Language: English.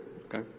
Okay